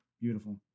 Beautiful